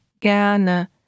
gerne